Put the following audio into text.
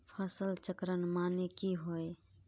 फसल चक्रण माने की होय?